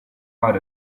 out